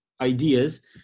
ideas